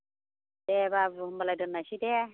दे बाबु होमबालाय दोननोसै दे